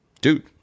Dude